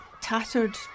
tattered